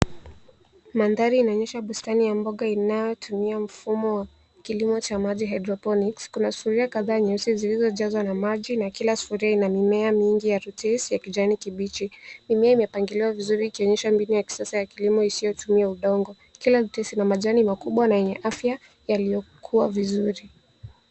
Mandhari inaonyesha bustani ya mboga inayotumia kilimo cha maji hydroponics .Kuna sufuria kadhaa nyeusi zilizojazwa na maji na kila sufuria ina mimea mingi ya lettuce ya kijani kibichi. Mimea imepangiliwa vizuri ikionyesha kilimo cha kisasa isiyotumia udongo. Kila lettuce ina majani makubwa na yenye afya yaliyokua vizuri.